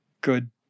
good